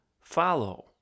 follow